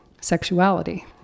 sexuality